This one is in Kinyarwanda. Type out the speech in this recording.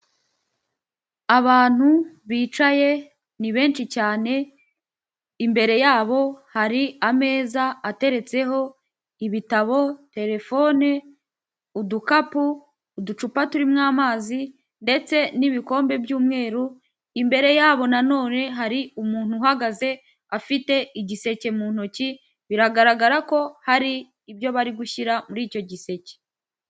Abantu bicaye ni benshi cyane imbere yabo hari ameza ateretseho ibitabo, telefone udukapu, uducupa turimo amazi ndetse n'ibikombe by'umweru imbere yabo nanone hari umuntu uhagaze afite igiseke mu ntoki biragaragara ko hari ibyo bari gushyira muri icyo giseke.